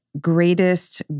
greatest